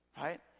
right